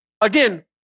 Again